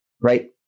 right